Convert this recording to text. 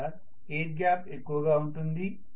ఇక్కడ air gap ఎక్కువగా ఉంటుంది